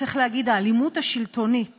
צריך להגיד, האלימות השלטונית